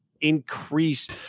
increase